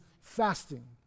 fasting